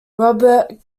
robert